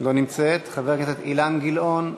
לא נמצאת, חבר הכנסת אילן גילאון,